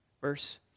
Verse